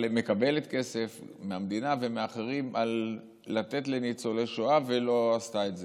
מקבלת כסף מהמדינה ומאחרים לתת לניצולי שואה ולא עשתה את זה,